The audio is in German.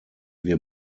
wir